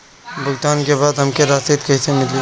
भुगतान के बाद हमके रसीद कईसे मिली?